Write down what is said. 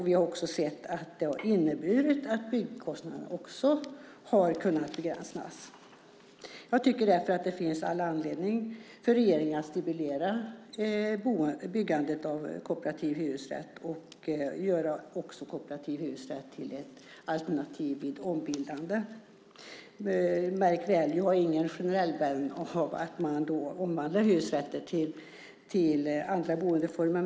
Vi har också sett att byggkostnaderna har kunnat begränsas. Jag tycker därför att det finns all anledning för regeringen att stimulera byggandet av kooperativ hyresrätt och att också göra kooperativ hyresrätt till ett alternativ vid ombildande. Märk väl att jag inte är en generell vän av att man omvandlar hyresrätter till andra boendeformer.